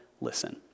listen